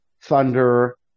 thunder